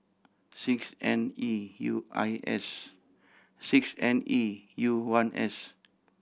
six N E U I S six N E U one S